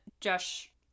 Josh